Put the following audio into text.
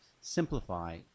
simplify